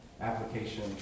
application